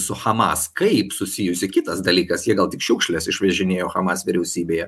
su hamas kaip susijusi kitas dalykas jie gal tik šiukšles išvežinėjo hamas vyriausybėje